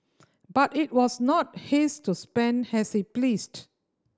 but it was not his to spend as he pleased